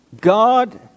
God